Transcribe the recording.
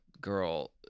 girl